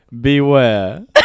beware